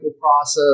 process